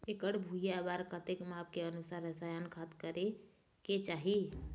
एकड़ भुइयां बार कतेक माप के अनुसार रसायन खाद करें के चाही?